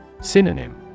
Synonym